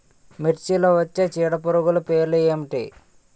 మిర్చిలో వచ్చే చీడపురుగులు పేర్లు ఏమిటి?